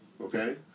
okay